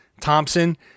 Thompson